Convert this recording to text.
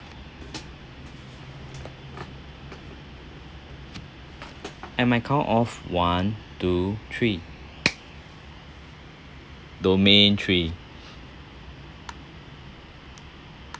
at my count of one two three domain three